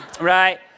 right